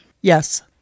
Yes